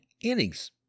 innings